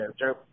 Joe